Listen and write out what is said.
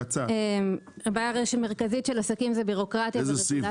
הבעיה המרכזית של עסקים היא ביורוקרטיה ורגולציה